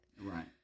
Right